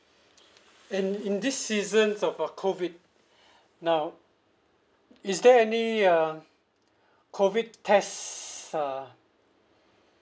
and in this season of uh COVID now is there any uh COVID test uh